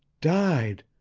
died?